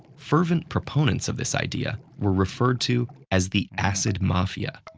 fervent proponents of this idea were referred to as the acid mafia.